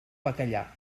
bacallà